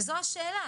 וזו השאלה.